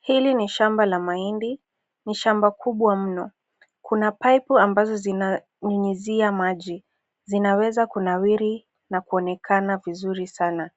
Hili ni shamba la mahindi, ni shamba kubwa mno. Kuna paipo ambazo zinazonyunyuzia maji, zinaweza kunawiri na kuonekana vizuri sana.